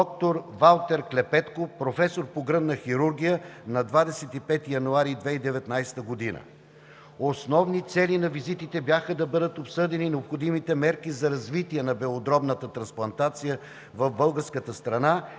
доктор Валтер Клепетко – професор по гръдна хирургия, на 25 януари 2019 г. Основни цели на визитите бяха да бъдат обсъдени необходимите мерки за развитие на белодробната трансплантация в българската страна